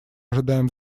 ожидаем